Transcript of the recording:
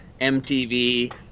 MTV